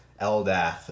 Eldath